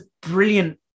brilliant